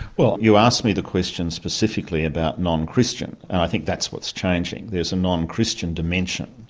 well, you asked me the question specifically about non-christian, and i think that's what's changing there's a non-christian dimension,